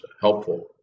helpful